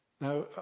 Now